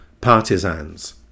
Partisans